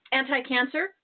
anti-cancer